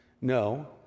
No